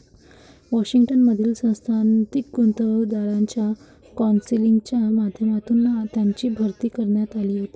Washington मधील संस्थात्मक गुंतवणूकदारांच्या कौन्सिलच्या माध्यमातून त्यांची भरती करण्यात आली होती